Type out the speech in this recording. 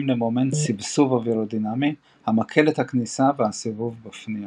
למומנט סיבסוב אווירודינמי המקל על הכניסה והסיבוב בפנייה.